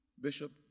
Bishop